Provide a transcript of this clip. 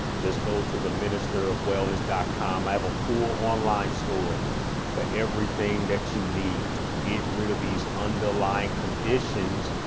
just go to the minister of wellness dot com i have a full online store for everything that you need to get rid of these underlying conditions.